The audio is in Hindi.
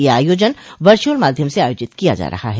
यह आयोजन वर्चुअल माध्यम से आयोजित किया जा रहा है